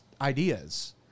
ideas